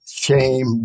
Shame